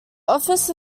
office